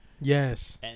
Yes